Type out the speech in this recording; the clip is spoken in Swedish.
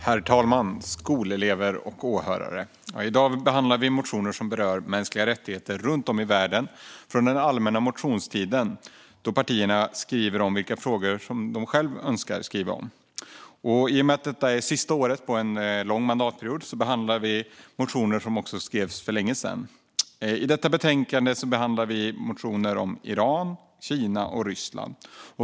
Herr talman, skolelever och åhörare! I dag behandlar vi motioner som berör mänskliga rättigheter runt om i världen från den allmänna motionstiden, då partierna skriver om de frågor de själva önskar skriva om. I och med att detta är sista året på en lång mandatperiod behandlar vi också motioner som skrevs för länge sedan. I detta betänkande behandlar vi motioner om Iran, Kina och Ryssland.